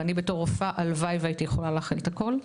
ואני בתור רופאה הלוואי ויכולתי להכיל את הכל.